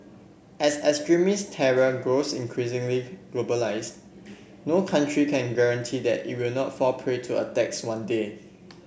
as extremist terror grows increasingly globalised no country can guarantee that it will not fall prey to attacks one day